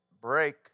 break